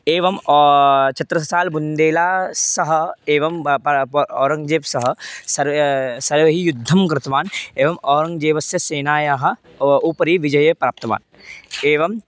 एवं चतुर्साल्बुन्देला सह एवं ओरङ्ग्जेब् सह सर्व सर्वे युद्धं कृतवान् एवम् ओरङ्ग्जेबस्य सेनायाः ओ उपरि विजयं प्राप्तवान् एवम्